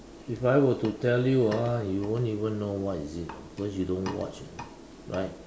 if I were to tell you ah you won't even know what is it ah because you don't watch right